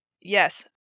Yes